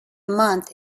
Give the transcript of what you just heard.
month